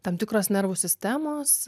tam tikros nervų sistemos